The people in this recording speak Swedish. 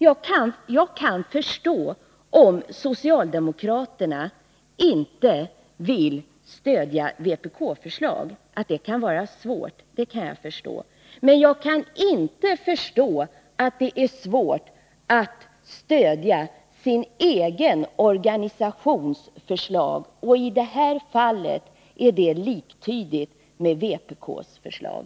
Jag kan förstå om socialdemokraterna inte vill stödja vpk-förslag. Jag förstår att det kan vara svårt. Men jag kan inte förstå att det kan vara svårt att stödja sin egen organisations förslag. I det här fallet är detta liktydigt med vpk:s förslag.